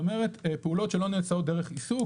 זאת אומרת: פעולות שלא נעשות דרך עיסוק,